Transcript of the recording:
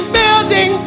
building